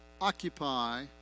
Occupy